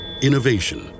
Innovation